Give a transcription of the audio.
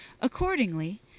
Accordingly